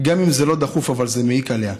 גם אם זה לא דחוף, זה מעיק עליה.